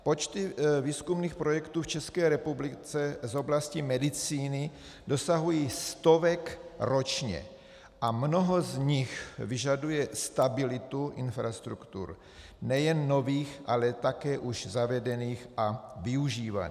Počty výzkumných projektů v České republice z oblasti medicíny dosahují stovek ročně a mnoho z nich vyžaduje stabilitu infrastruktur, nejen nových, ale také už zavedených a využívaných.